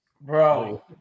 Bro